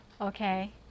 Okay